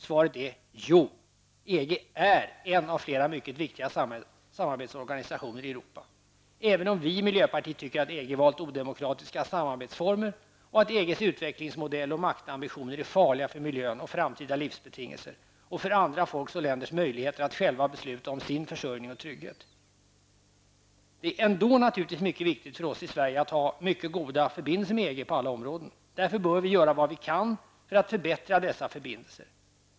Svaret är: Jo, EG är en av flera mycket viktiga samarbetsorganisationer i Europa, även om vi i miljöpartiet tycker att EG valt odemokratiska samarbetsformer och att EGs utvecklingsmodell och maktambitioner är farliga för miljön och framtida livsbetingelser och för andra folks och länders möjlighet att själva besluta om sin försörjning och trygghet. Det är naturligtvis mycket viktigt för oss i Sverige att ha mycket goda förbindelser med EG på alla områden. Därför bör vi göra vad vi kan för att förbättra dessa förbindelser.